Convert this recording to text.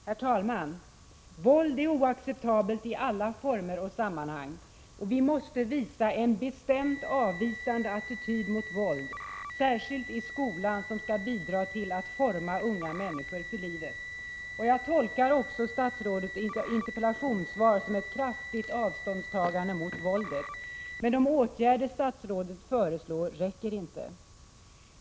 Herr talman! Våld är oacceptabelt i alla former och sammanhang. Vi måste visa en bestämt avvisande attityd mot våld, särskilt i skolan som skall bidra till att forma unga människor för livet. Jag tolkar också statsrådets interpellationssvar som ett kraftigt avståndstagande från våldet. Men de åtgärder statsrådet föreslår räcker inte.